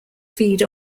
feed